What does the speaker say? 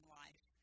life